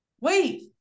Wait